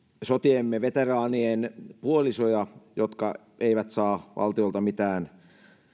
sotiemme veteraanien puolisoja jotka eivät saa valtiolta mitään